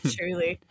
Truly